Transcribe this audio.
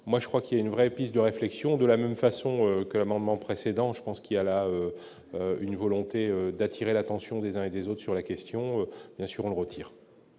moi je crois qu'il y a une vraie piste de réflexion, de la même façon que l'amendement précédent, je pense qu'il y a là une volonté d'attirer l'attention des uns et des autres sur la question, bien sûr, on le retire.